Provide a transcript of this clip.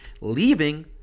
leaving